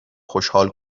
خوشحال